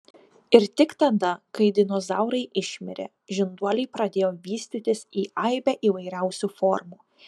ir tik tada kai dinozaurai išmirė žinduoliai pradėjo vystytis į aibę įvairiausių formų